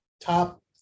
top